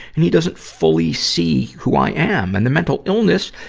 and he doesn't fully see who i am. and the mental illness,